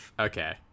Okay